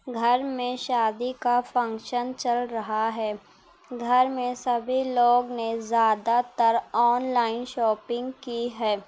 گھر میں شادی کا فنکشن چل رہا ہے گھر میں سبھی لوگ نے زیادہ تر آن لائن شاپنگ کی ہے